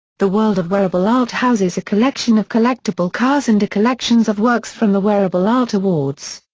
the world of wearable art houses a collection of collectable cars and a collections of works from the wearable art awards.